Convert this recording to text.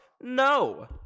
No